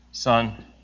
Son